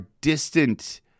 distant